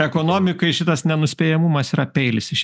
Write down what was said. ekonomikai šitas nenuspėjamumas yra peilis iš